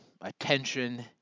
attention